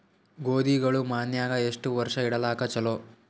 ಗೋಧಿಗಳು ಮನ್ಯಾಗ ಎಷ್ಟು ವರ್ಷ ಇಡಲಾಕ ಚಲೋ?